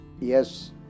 Yes